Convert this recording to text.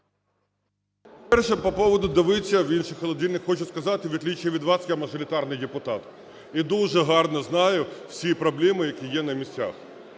Перше: по поводу дивитися в інший холодильник. Хочу сказати, в отличии від вас я мажоритарний депутат і дуже гарно знаю всі проблеми, які є на місцях,